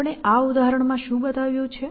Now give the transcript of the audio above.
આપણે આ ઉદાહરણમાં શું બતાવ્યું છે